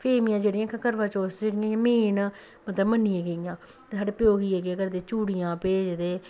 फेमियां जेह्ड़ियां इक करवाचौथ च जि'यां इ'यां मेन मतलब मन्नियां गेइयां ते साढ़े प्योकियै केह् करदे चूड़ियां भेजदे